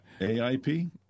AIP